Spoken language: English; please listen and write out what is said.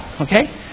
Okay